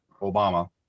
Obama